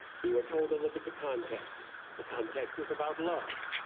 we were told to look at the context. the context is about love.